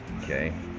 okay